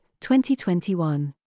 2021